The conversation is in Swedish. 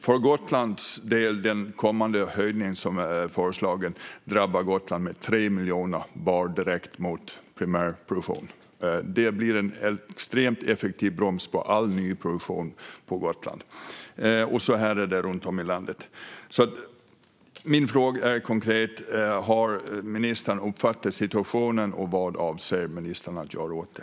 För Gotlands del drabbar den kommande höjningen som är föreslagen Gotland med 3 miljoner direkt mot primärproduktion. Det blir en extremt effektiv broms på all nyproduktion på Gotland. Så är det runt om i landet. Min fråga är konkret: Har ministern uppfattat situationen, och vad avser ministern att göra åt det?